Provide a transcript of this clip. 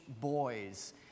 boys